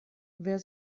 wer